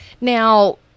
Now